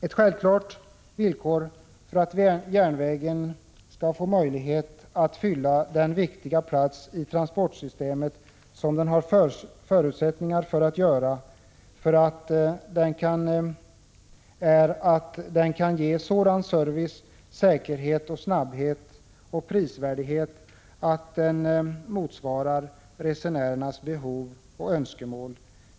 Ett självklart villkor för att järnvägen skall få möjlighet att fylla den viktiga plats i transportsystemet som den har förutsättningar att göra är att den kan ge sådan service, säkerhet, snabbhet och prisvärdighet att den motsvarar resenärernas behov och önskemål.